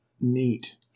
Neat